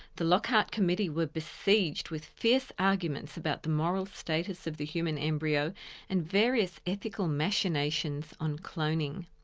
the lockhart committee were besieged with fierce arguments about the moral status of the human embryo and various ethical machinations on cloning.